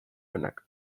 onak